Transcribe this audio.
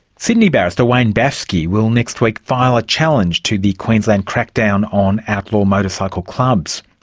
sydney barrister wayne baffsky will next week file a challenge to the queensland crackdown on outlaw motorcycle clubs.